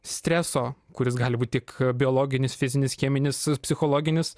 streso kuris gali būti tik biologinis fizinis cheminis psichologinis